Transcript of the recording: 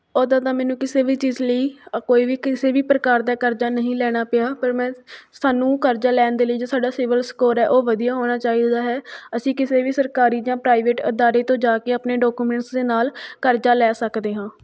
ਉੱਦਾਂ ਤਾਂ ਮੈਨੂੰ ਕਿਸੇ ਵੀ ਚੀਜ਼ ਲਈ ਕੋਈ ਵੀ ਕਿਸੇ ਵੀ ਪ੍ਰਕਾਰ ਦਾ ਕਰਜ਼ਾ ਨਹੀਂ ਲੈਣਾ ਪਿਆ ਪਰ ਮੈਂ ਸਾਨੂੰ ਕਰਜ਼ਾ ਲੈਣ ਦੇ ਲਈ ਜੋ ਸਾਡਾ ਸਿਵਿਲ ਸਕੋਰ ਹੈ ਉਹ ਵਧੀਆ ਹੋਣਾ ਚਾਹੀਦਾ ਹੈ ਅਸੀਂ ਕਿਸੇ ਵੀ ਸਰਕਾਰੀ ਜਾਂ ਪ੍ਰਾਈਵੇਟ ਅਦਾਰੇ ਤੋਂ ਜਾ ਕੇ ਆਪਣੇ ਡਾਕੂਮੈਂਟਸ ਦੇ ਨਾਲ ਕਰਜ਼ਾ ਲੈ ਸਕਦੇ ਹਾਂ